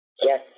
Yes